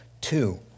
Two